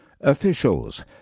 Officials